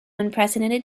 unprecedented